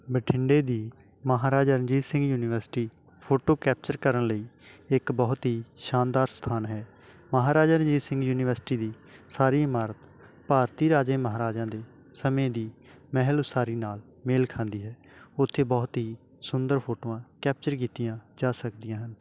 ਬਠਿੰਡੇ ਦੀ Maharaja Ranjit Singh university photo capture ਕਰਨ ਲਈ ਇੱਕ ਬਹੁਤ ਹੀ ਸ਼ਾਨਦਾਰ ਸਥਾਨ ਹੈ ਮਹਾਰਾਜਾ ਰਣਜੀਤ ਸਿੰਘ ਯੂਨੀਵਰਸਿਟੀ ਦੀ ਸਾਰੀ ਇਮਾਰਤ ਭਾਰਤੀ ਰਾਜੇ ਮਹਾਰਾਜਿਆਂ ਦੇ ਸਮੇਂ ਦੀ ਮਹਿਲ ਉਸਾਰੀ ਨਾਲ ਮੇਲ ਖਾਂਦੀ ਹੈ ਉੱਥੇ ਬਹੁਤ ਹੀ ਸੁੰਦਰ ਫੋਟੋਆਂ ਕੈਪਚਰ ਕੀਤੀਆਂ ਜਾ ਸਕਦੀਆਂ ਹਨ